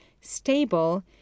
stable